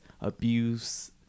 abuse